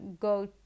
go